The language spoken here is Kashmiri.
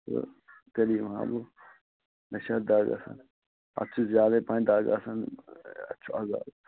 تہٕ تیلہِ یِمہٕ ہا بہٕ مےٚ چھِ اَتھ دَگ آسان اَتھ چھِ زِیادٕے پَہم دَگ آسان اَتھ چھُ عذاب